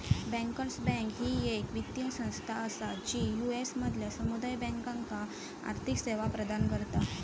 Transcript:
bankers bank ही येक वित्तीय संस्था असा जी यू.एस मधल्या समुदाय बँकांका आर्थिक सेवा प्रदान करता